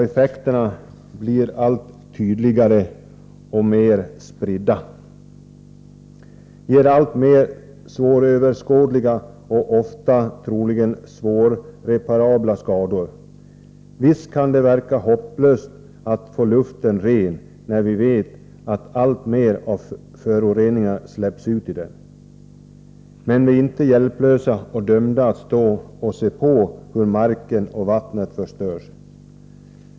Effekterna blir allt tydligare och mer spridda och ger alltmer svåröverskådliga och troligen svårreparabla skador. Visst kan det verka hopplöst att få luften ren, när vi vet att alltmer av föroreningar släpps ut i den, men vi är inte hjälplösa och dömda att stå och se på hur marken och vattnet förstörs.